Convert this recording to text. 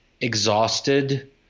exhausted